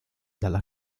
dalla